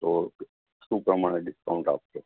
તો શું પ્રમાણે ડિસ્કાઉન્ટ આપશો